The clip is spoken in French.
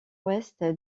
ouest